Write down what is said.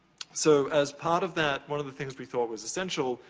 so, as part of that, one of the things we thought was essential,